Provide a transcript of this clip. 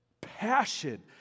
Passion